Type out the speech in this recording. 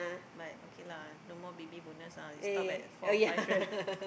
but okay lah no more baby bonus ah you stop at four or five right